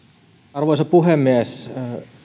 arvoisa puhemies